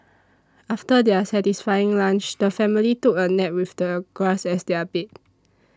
after their satisfying lunch the family took a nap with the grass as their bed